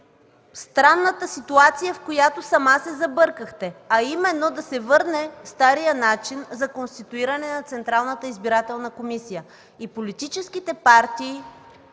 странната ситуация, в която сама се забъркахте – да се върне старият начин за конституиране на Централната избирателна комисия и политическите партии,